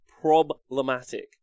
Problematic